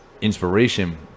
inspiration